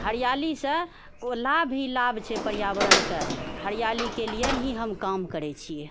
हरियालीसँ ओ लाभ ही लाभ छै पर्यावरणके हरियालीके लिए ही हम काम करै छियै